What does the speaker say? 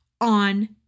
on